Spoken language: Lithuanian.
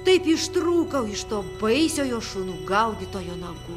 taip ištrūkau iš to baisiojo šunų gaudytojo nagų